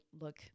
look